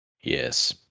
yes